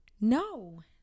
no